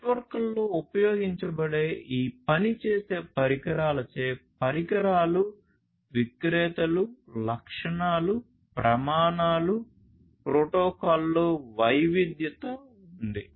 నెట్వర్క్లలో ఉపయోగించబడే ఈ పనిచేసే పరికరాలచే పరికరాలు విక్రేతలు లక్షణాలు ప్రమాణాలు ప్రోటోకాల్లలో వైవిధ్యత ఉంది